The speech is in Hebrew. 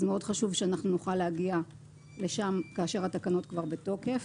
אז חשוב מאוד שנוכל להגיע לשם כאשר התקנות כבר בתוקף.